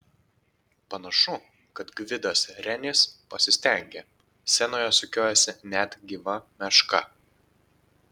panašu kad gvidas renis pasistengė scenoje sukiojasi net gyva meška